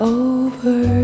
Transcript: over